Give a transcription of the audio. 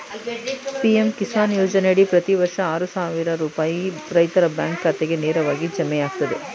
PM Kisan ಯೋಜನೆಯಡಿ ಪ್ರತಿ ವರ್ಷ ಆರು ಸಾವಿರ ರೂಪಾಯಿ ರೈತರ ಬ್ಯಾಂಕ್ ಖಾತೆಗೆ ನೇರವಾಗಿ ಜಮೆಯಾಗ್ತದೆ